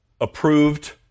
approved